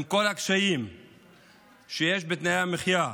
עם כל הקשיים שיש בתנאי המחיה,